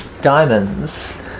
diamonds